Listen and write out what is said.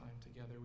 together